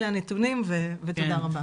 אלה הנתונים ותודה רבה.